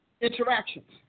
interactions